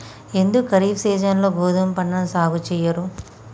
ఎందుకు ఖరీఫ్ సీజన్లో గోధుమ పంటను సాగు చెయ్యరు?